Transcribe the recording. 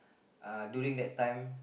uh during that time